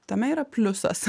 tame yra pliusas